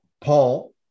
Paul